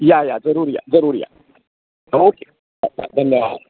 या या जरूर या जरूर या ओके धन्यवाद